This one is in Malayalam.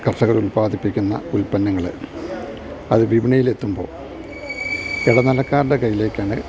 കർഷകർ ഉൽപാദിപ്പിക്കുന്ന ഉൽപ്പന്നങ്ങൾ അത് വിപണയിൽ എത്തുമ്പോൾ ഇടനിലക്കാരൻ്റെ കയ്യിലേക്ക് ആണ്